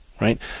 right